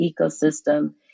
ecosystem